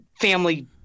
family